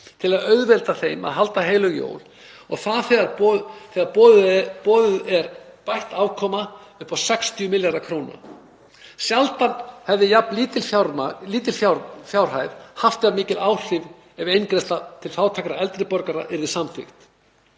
til að auðvelda þeim að halda heilög jól, og það þegar boðuð er bætt afkoma um 60 milljarða kr. Sjaldan hefði jafn lítil fjárhæð haft jafn mikil áhrif ef eingreiðsla til fátækra eldri borgara yrði samþykkt.